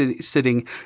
sitting